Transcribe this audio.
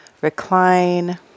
recline